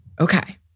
Okay